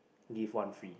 give one free